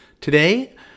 Today